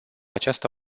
această